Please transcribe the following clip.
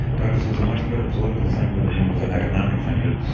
douglass was a much better political thinker than he was an economic thinker.